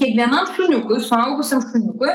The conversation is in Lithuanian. kiekvienam šuniukui suaugusiam šuniukui